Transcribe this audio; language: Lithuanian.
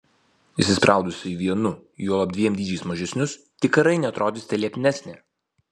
įsispraudusi į vienu juolab dviem dydžiais mažesnius tikrai neatrodysite lieknesnė